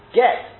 get